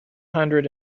hundred